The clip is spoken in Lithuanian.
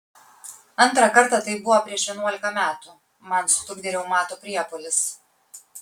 antrą kartą tai buvo prieš vienuolika metų man sutrukdė reumato priepuolis